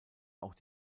auch